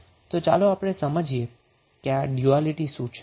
તો ચાલો આપણે સમજીએ કે આ ડયુઆલીટી શું છે